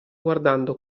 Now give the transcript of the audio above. guardando